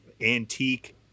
antique